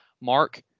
Mark